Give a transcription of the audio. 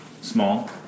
small